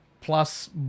plus